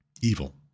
evil